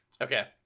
Okay